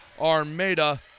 Armada